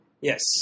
Yes